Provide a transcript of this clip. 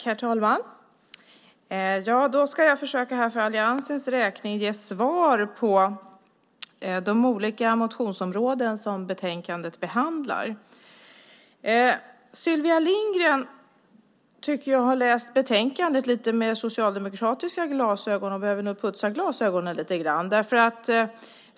Herr talman! För alliansens räkning ska jag försöka ge svar när det gäller de olika motionsområden som behandlas i betänkandet. Jag tycker att Sylvia Lindgren lite grann har läst betänkandet med socialdemokratiska glasögon som hon nog behöver putsa lite grann.